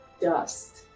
dust